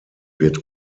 wird